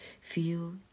Feel